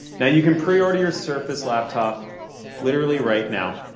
now you can preorder your surface laptop literally right now.